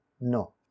No